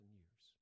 years